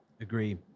Agree